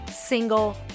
single